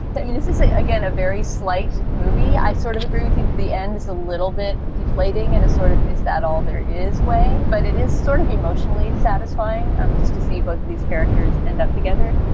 but mean, this is again a very slight movie. i sort of agree with you that the end is a little bit deflating and a sort of is that all there is way, but it is sort of emotionally satisfying um just to see both of these characters end up together.